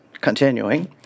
continuing